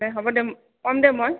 দে হ'ব দে ক'ম দে মই